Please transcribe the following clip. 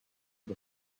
the